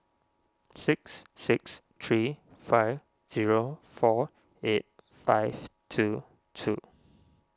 six six three five zero four eight five two two